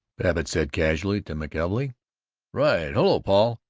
babbitt said casually to mckelvey. right. hello, paul!